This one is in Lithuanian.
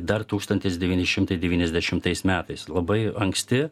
dar tūkstantis devyni šimtai devyniasdešimtais metais labai anksti